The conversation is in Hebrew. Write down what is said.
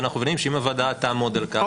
ואנחנו מבינים שאם הוועדה תעמוד על כך,